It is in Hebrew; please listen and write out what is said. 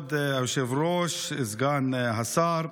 כבוד היושב-ראש, סגן השר,